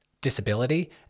disability